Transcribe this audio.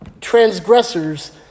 transgressors